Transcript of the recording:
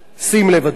שים לב, אדוני,